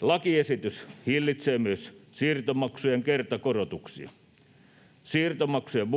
Lakiesitys hillitsee myös siirtomaksujen kertakorotuksia. Siirtomaksujen